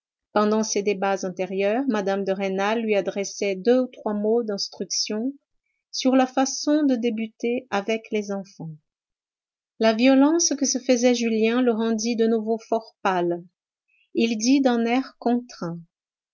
pendant ces débats intérieurs mme de rênal lui adressait deux ou trois mots d'instruction sur la façon de débuter avec les enfants la violence que se faisait julien le rendit de nouveau fort pâle il dit d'un air contraint